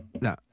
No